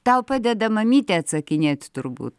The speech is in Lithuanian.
tau padeda mamytė atsakinėt turbūt